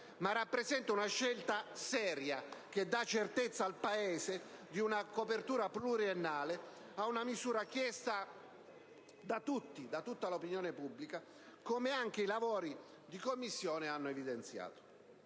ma rappresenta una scelta seria che dà certezza al Paese di una copertura pluriennale ad una misura chiesta da tutta l'opinione pubblica, come anche i lavori di Commissione hanno evidenziato.